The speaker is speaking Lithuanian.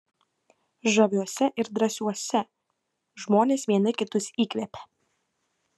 žaviuose ir drąsiuose žmonės vieni kitus įkvepia